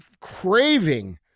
craving